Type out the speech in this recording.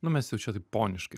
nu mes jau čia taip poniškai